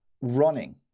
running